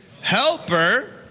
helper